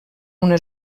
una